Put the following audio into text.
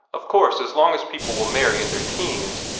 of course, as long as people will marry in their teens,